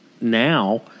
now